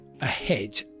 ahead